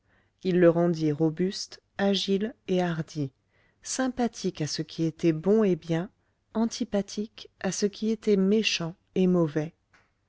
l'âme il le rendit robuste agile et hardi sympathique à ce qui était bon et bien antipathique à ce qui était méchant et mauvais